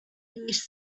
these